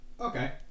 Okay